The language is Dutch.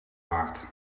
waard